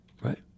right